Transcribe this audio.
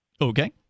Okay